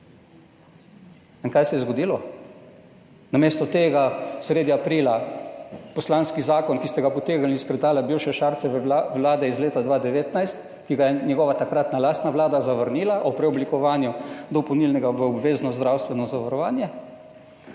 In kaj se je zgodilo? Namesto tega je sredi aprila prišel poslanski zakon, ki ste ga potegnili iz predala bivše Šarčeve vlade iz leta 2019, ki ga je njegova takratna, lastna vlada zavrnila, o preoblikovanju dopolnilnega v obvezno zdravstveno zavarovanje.